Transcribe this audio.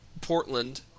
Portland